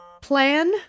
Plan